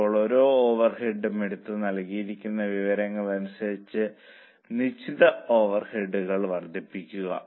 ഇപ്പോൾ ഓരോ ഓവർഹെഡും എടുത്ത് നൽകിയിരിക്കുന്ന വിവരങ്ങൾ അനുസരിച്ച് നിശ്ചിത ഓവർഹെഡുകൾ വർദ്ധിപ്പിക്കുക